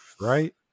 right